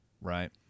right